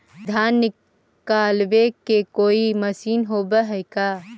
धान निकालबे के कोई मशीन होब है का?